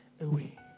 away